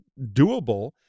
doable